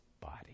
body